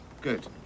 Good